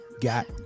got